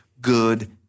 good